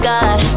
God